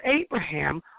Abraham